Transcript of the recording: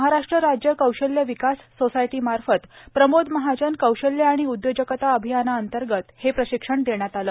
महाराष्ट्र राज्य कौशल्य विकास सोसायटीमार्फत प्रमोद महाजन कौशल्य आणि उदयोजकता अभियानाअंतर्गत हे प्रशिक्षण देण्यात आल